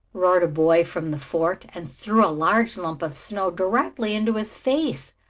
roared a boy from the fort and threw a large lump of snow directly into his face.